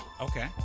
Okay